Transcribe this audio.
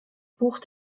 buch